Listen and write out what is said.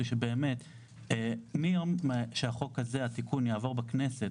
שבאמת מיום שהתיקון לחוק הזה יעבור בכנסת,